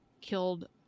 killed